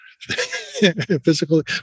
physical